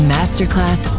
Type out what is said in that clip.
Masterclass